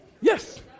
Yes